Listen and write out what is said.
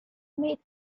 made